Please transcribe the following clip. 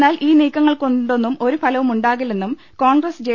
എന്നാൽ ഈ നീക്കങ്ങൾക്കൊണ്ടൊന്നും ഒരു ഫലവും ഉണ്ടാകി ല്ലെന്നും കോൺഗ്രസ് ജെ